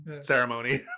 ceremony